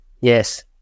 Yes